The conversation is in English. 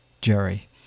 Jerry